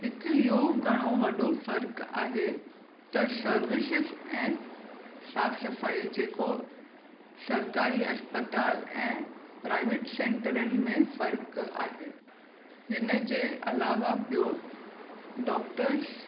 हिकु इहो घणो वॾो फ़र्कु आहे त सर्विसिस ऐं साफ़ सफ़ाई जेको सरकारी अस्पताल ऐं प्राइवेट सेंटरनि में फ़र्कु आहे हिनजे अलावा ॿियो डॉक्टर्स